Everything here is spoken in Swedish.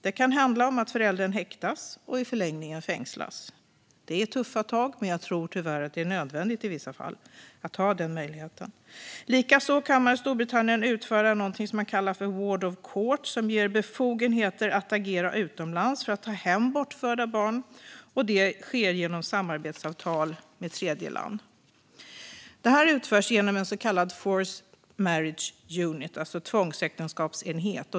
Det kan handla om att föräldern häktas och i förlängningen fängslas. Det är tuffa tag, men jag tror tyvärr att det är nödvändigt i vissa fall att ha den möjligheten. Likaså kan man i Storbritannien utfärda något som man kallar för Ward of Court som ger befogenheter att agera utomlands för att ta hem bortförda barn. Det sker genom samarbetsavtal med tredjeland. Detta utförs genom en så kallad Forced Marriage Unit, det vill säga en tvångsäktenskapsenhet.